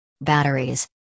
Batteries